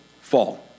fall